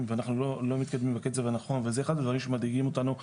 ואנחנו לא מתקדמים בקצב הנכון וזה אחד הדברים שמדאיגים אותנו כרשות.